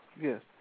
Yes